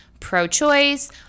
pro-choice